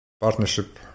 Partnership